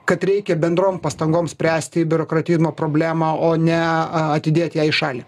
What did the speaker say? kad reikia bendrom pastangom spręsti biurokratimo problemą o ne atidėt ją į šalį